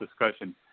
discussion